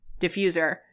Diffuser